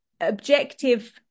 objective